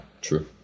true